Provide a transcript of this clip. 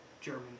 German